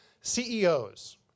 CEOs